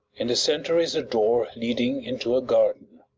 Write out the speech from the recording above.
in the centre is a door leading into a garden.